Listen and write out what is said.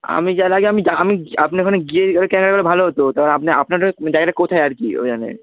আমি যাওয়ার আগে আমি যা আমি আপনার ওখানে গিয়ে কেনাকাটা ভালো হতো তা আপনি আপনাদের জায়গাটা কোথায় আর কি ঐ মানে